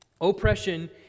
Oppression